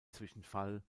zwischenfall